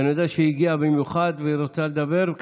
אני יודע שהיא הגיעה במיוחד והיא רוצה לדבר.